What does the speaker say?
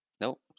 Nope